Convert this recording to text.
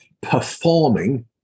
performing